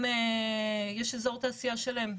יש אזור תעשייה שלם.